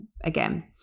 again